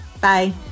Bye